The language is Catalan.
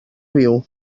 viu